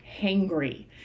hangry